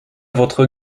votre